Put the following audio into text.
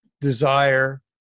desire